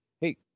hey